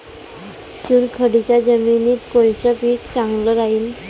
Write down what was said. चुनखडीच्या जमिनीत कोनचं पीक चांगलं राहीन?